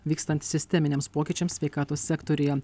vykstant sisteminiams pokyčiams sveikatos sektoriuje